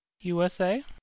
USA